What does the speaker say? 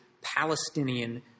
Palestinian